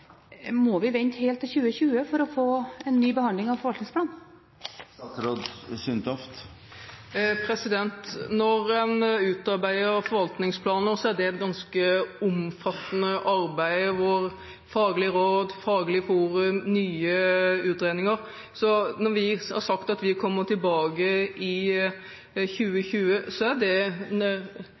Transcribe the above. må vi vente helt til 2020 for å få en ny behandling av forvaltningsplanen? Når en utarbeider forvaltningsplaner, er det et ganske omfattende arbeid – faglige råd, faglige forum, nye utredninger. Så når vi har sagt at vi kommer tilbake i 2020, er det